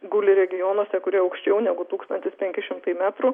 guli regionuose kurie aukščiau negu tūkstantis penki šimtai metrų